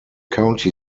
county